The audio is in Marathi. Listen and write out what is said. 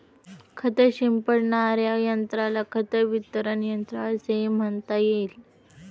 खत शिंपडणाऱ्या यंत्राला खत वितरक यंत्र असेही म्हणता येईल